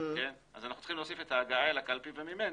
אנחנו צריכים להוסיף את ההגעה אל הקלפי וממנה.